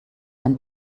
ein